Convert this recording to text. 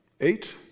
eight